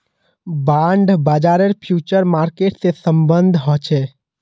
bond बाजारेर future market से सम्बन्ध ह छे